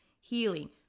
healing